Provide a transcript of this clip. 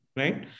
right